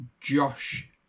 Josh